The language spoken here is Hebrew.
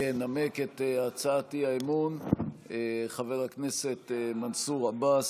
ינמק את הצעת האי-אמון חבר הכנסת מנסור עבאס,